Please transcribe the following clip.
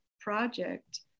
project